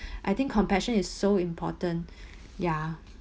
I think compassion is so important ya